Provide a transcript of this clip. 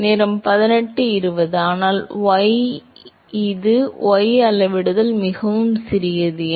மாணவர் ஆனால் y இது y அளவிடுதல் மிகவும் சிறியது சரி